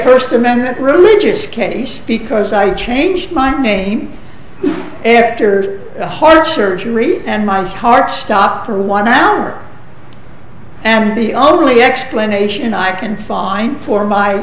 first amendment religious case because i changed my name after the heart surgery and minds hearts stopped for one hour and the only explanation i can find for my